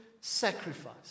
sacrifice